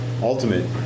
Ultimate